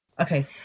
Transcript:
Okay